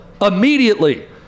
immediately